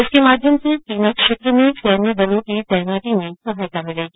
इसके माध्यम से सीमा क्षेत्र में सैन्य बलों की तैनाती में भी सहायता मिलेगी